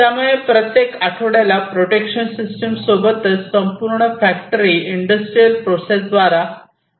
त्यामुळे प्रत्येक आठवड्याला प्रोडक्शन सिस्टीम सोबतच संपूर्ण फॅक्टरी इंडस्त्रियल प्रोसेस द्वारा रिस्क वर असू शकते